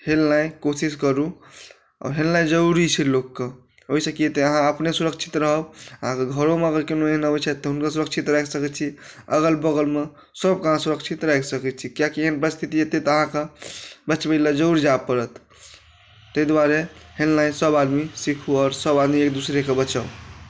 हेलनाइ कोशिश करू आओर हेलनाइ जरूरी छै लोकके ओहिसँ की हेतै अहाँ अपने सुरक्षित रहब अहाँके घरोमे कोनो एहन अबैत छथि तऽ हुनको सुरक्षित राखि सकैत छी अगल बगलमे सभके अहाँ सुरक्षित राखि सकैत छी कियाकि एहन वस्तुस्थिति हेतै तऽ अहाँके बचबै लेल जरूर जाय पड़त ताहि दुआरे हेलनाइ सभआदमी सीखू आओर सभआदमी एक दोसराके बचाउ